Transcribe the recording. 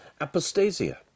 apostasia